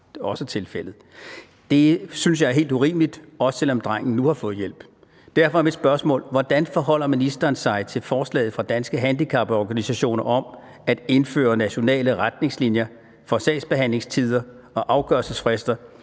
Det synes jeg er helt urimeligt, også selv om drengen nu har fået hjælp. Derfor er mit spørgsmål: Hvordan forholder ministeren sig til forslaget fra Danske Handicaporganisationer om at indføre nationale retningslinjer for sagsbehandlingstider og afgørelsesfrister,